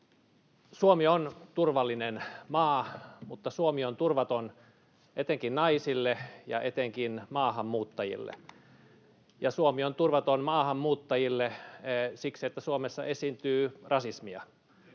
Suomi on turvallinen maa, mutta Suomi on turvaton etenkin naisille ja etenkin maahanmuuttajille. Ja Suomi on turvaton maahanmuuttajille siksi, että Suomessa esiintyy rasismia.